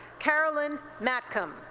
caroline matkom,